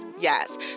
yes